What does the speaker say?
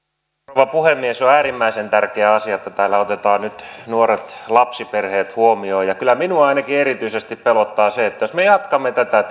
rouva puhemies on äärimmäisen tärkeä asia että täällä otetaan nyt nuoret lapsiperheet huomioon kyllä minua ainakin erityisesti pelottaa se jos me jatkamme tätä